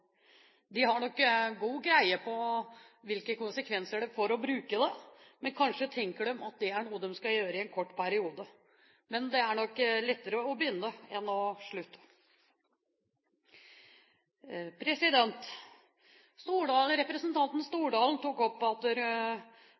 de kanskje å se bort fra bivirkningene. De har nok god greie på hvilke konsekvenser det får å bruke det, men kanskje tenker de at det er noe de skal gjøre i en kort periode. Men det er nok lettere å begynne enn å slutte. Representanten Stordalen tok opp at